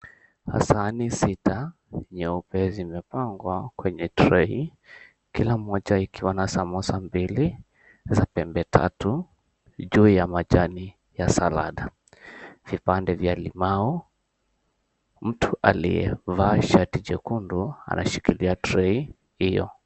Sahani sita nyeupe zimepangwa kwenye trei kila mmoja ikiwa na msamosa mbili za pembe tatu ju ya majani ya saladi ,vipande vvya limau mti aliyevaa shati nyekundu ameshikilia trei hiyo.